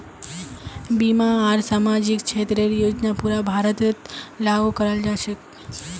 बीमा आर सामाजिक क्षेतरेर योजना पूरा भारतत लागू क र छेक